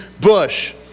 bush